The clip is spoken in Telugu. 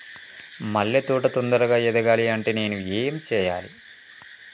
మల్లె తోట తొందరగా ఎదగాలి అంటే నేను ఏం చేయాలి?